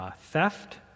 Theft